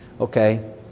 Okay